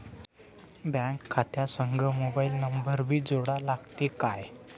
Bank खात्या संग mobile number भी जोडा लागते काय?